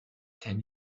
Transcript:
can